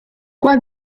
qua